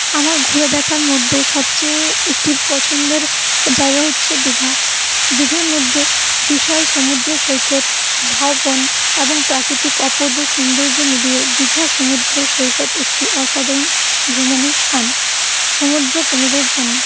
আমার ঘুরে দেখার মধ্যে সবচেয়ে একটি পছন্দের জায়গা হচ্ছে দীঘা দীঘার মধ্যে বিশাল সমুদ্র সৈকত ঝাউবন এবং প্রাকৃতিক অপূর্ব সৌন্দর্য মিলিয়ে দীঘা সমুদ্র সৈকত একটি অসাধারণ ভ্রমণের স্থান সমুদ্রপ্রেমীদের জন্য